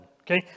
Okay